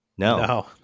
No